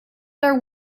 their